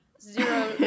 zero